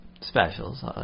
specials